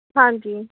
ਹਾਂਜੀ